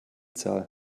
zahl